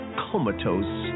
comatose